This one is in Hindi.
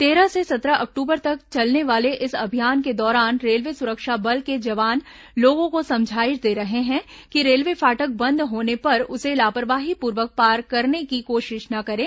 तेरह से सत्रह अक्टूबर तक चलने वाले इस अभियान के दौरान रेलवे सुरक्षा बल के जवान लोगों को समझाइश दे रहे हैं कि रेलवे फाटक बंद होने पर उसे लापरवाहीपूर्वक पार करने की कोशिश न करें